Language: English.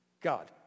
God